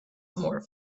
more